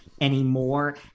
anymore